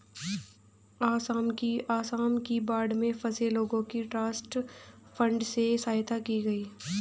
आसाम की बाढ़ में फंसे लोगों की ट्रस्ट फंड से सहायता की गई